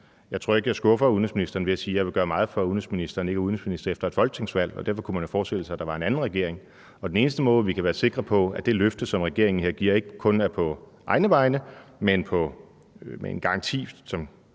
Jeg tror ikke, at jeg skuffer udenrigsministeren ved at sige, at jeg vil gøre meget for, at udenrigsministeren ikke er udenrigsminister efter et folketingsvalg, og derfor kunne man forestille sig, at der kom en anden regering, og den eneste måde, vi kan være sikre på, at det løfte, som regeringen giver her, ikke kun er på egne vegne, men at det er en garanti, som